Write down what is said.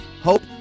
hope